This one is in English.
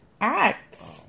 acts